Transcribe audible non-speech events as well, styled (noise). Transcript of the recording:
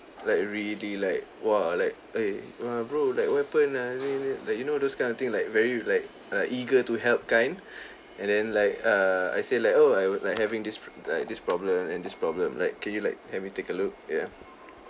like really like !wah! like eh !wah! bro like what happened ah ni ni like you know those kind of thing like very like like eager to help kind (breath) and then like err I say like oh I w~ like having this like this problem and this problem like can you like help me take a look ya